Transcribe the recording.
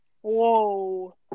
Whoa